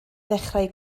ddechrau